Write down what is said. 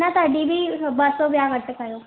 न तॾहिं बि ॿ सौ ॿिया घटि कयो